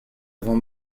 avant